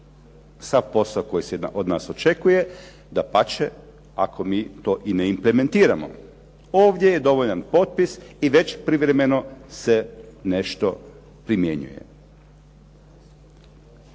sav posao koji se od nas očekuje, dapače, ako mi to i ne implementiramo. Ovdje je dovoljan potpis i već privremeno se nešto primjenjuje.